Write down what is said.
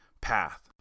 path